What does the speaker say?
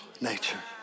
nature